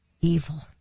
evil